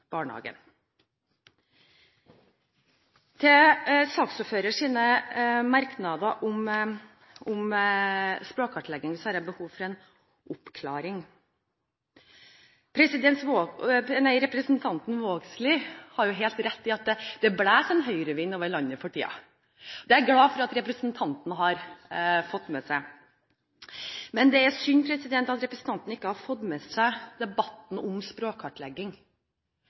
barnehagen. Når det gjelder saksordførerens merknader om språkkartlegging, har jeg behov for en oppklaring. Representanten Vågslid har helt rett i at det blåser en Høyre-vind over landet for tiden. Det er jeg glad for at representanten har fått med seg. Men det er synd at representanten ikke har fått med seg debatten om språkkartlegging